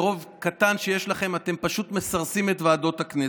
ברוב קטן שיש לכם אתם פשוט מסרסים את ועדות הכנסת,